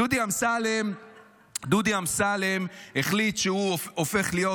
דודי אמסלם החליט שהוא הופך להיות,